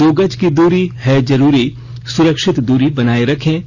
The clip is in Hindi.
दो गज की दूरी है जरूरी सुरक्षित दूरी बनाए रखें